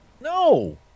No